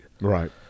right